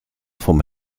vom